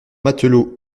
matelots